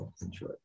Enjoy